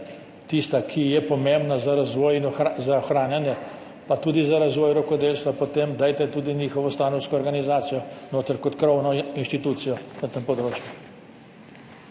ki je pomembna za razvoj, za ohranjanje, pa tudi za razvoj rokodelstva, potem dajte tudi njihovo stanovsko organizacijo noter kot krovno inštitucijo na tem področju.